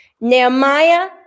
Nehemiah